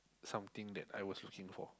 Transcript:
something that I was looking for